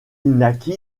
naquit